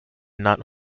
not